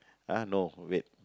uh no wait